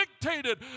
dictated